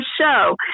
show